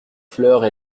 fleurs